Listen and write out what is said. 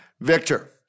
Victor